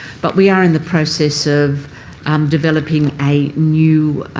but we are in the process of um developing a new